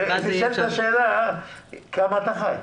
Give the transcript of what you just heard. נשאלת השאלה כמה אתה חי.